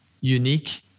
unique